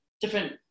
different